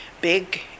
big